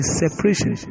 separation